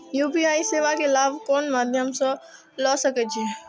UPI सेवा के लाभ कोन मध्यम से ले सके छी?